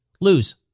lose